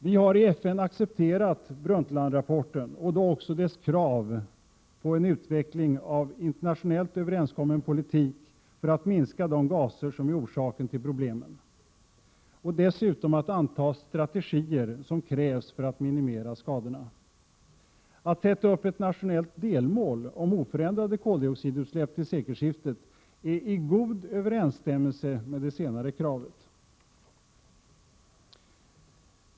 Vi har i FN accepterat Brundtlandrapporten och då också dess krav på en ”utveckling av internationellt överenskommen politik för att minska de gaser som är orsaken till problemen” och dessutom att anta strategier, som krävs för att minimera skadorna. Att sätta upp ett nationellt delmål om oförändrade koldioxidutsläpp till sekelskiftet är i god överensstämmelse med det senare kravet.